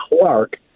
Clark